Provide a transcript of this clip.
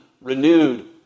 renewed